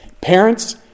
Parents